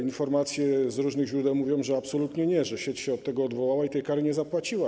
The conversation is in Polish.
Informacje z różnych źródeł mówią, że absolutnie nie, że sieć się od tego odwołała i tej kary nie zapłaciła.